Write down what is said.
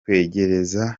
kwegereza